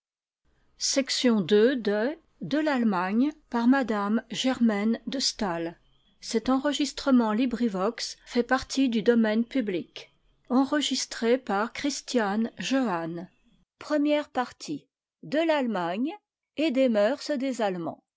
traitera de l'allemagne et des mœurs des